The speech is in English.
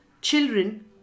Children